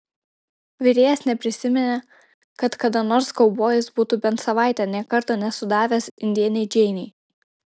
virėjas neprisiminė kad kada nors kaubojus būtų bent savaitę nė karto nesudavęs indėnei džeinei